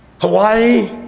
Hawaii